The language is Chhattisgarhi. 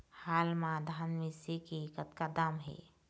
हाल मा धान मिसे के कतका दाम हे?